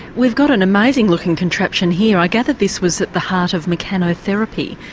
we've got an amazing looking contraption here, i gather this was at the heart of mechanotherapy,